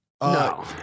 No